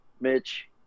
Mitch